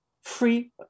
free